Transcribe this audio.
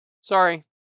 Sorry